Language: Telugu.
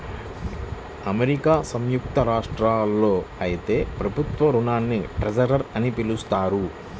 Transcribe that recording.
అమెరికా సంయుక్త రాష్ట్రాల్లో అయితే ప్రభుత్వ రుణాల్ని ట్రెజర్ అని పిలుస్తారు